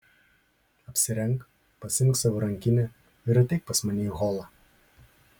apsirenk pasiimk savo rankinę ir ateik pas mane į holą